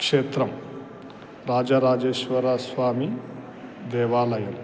क्षेत्रं राजराजेश्वरस्वामी देवालयम्